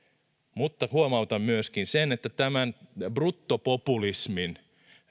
mutta huomautan myöskin sen että tämän bruttopopulismin